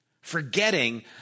Forgetting